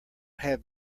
have